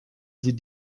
sie